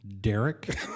Derek